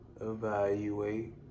Evaluate